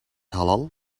halal